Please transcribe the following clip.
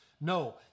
No